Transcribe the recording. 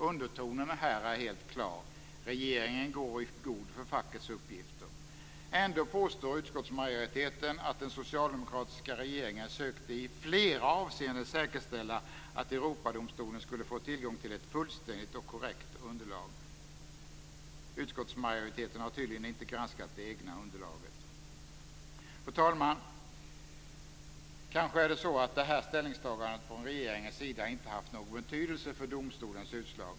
Undertonen här är helt klar: Regeringen går i god för fackets uppgifter. Ändå påstår utskottsmajoriteten att den socialdemokratiska regeringen i flera avseenden sökte säkerställa att Europadomstolen skulle få tillgång till ett fullständigt och korrekt underlag. Utskottsmajoriteten har tydligen inte granskat det egna underlaget. Kanske är det så att det här ställningstagandet från regeringens sida inte haft någon betydelse för domstolens utslag.